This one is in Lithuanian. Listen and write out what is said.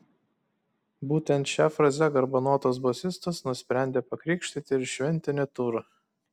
būtent šia fraze garbanotas bosistas nusprendė pakrikštyti ir šventinį turą